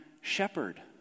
shepherd